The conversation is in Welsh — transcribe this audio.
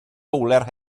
fowler